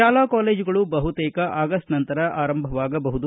ಶಾಲಾ ಕಾಲೇಜುಗಳು ಬಹುತೇಕ ಆಗಸ್ಟ್ ನಂತರ ಆರಂಭವಾಗಬಹುದು